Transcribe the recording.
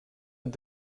and